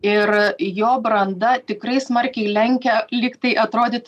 ir jo branda tikrai smarkiai lenkia lygtai